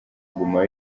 guma